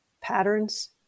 patterns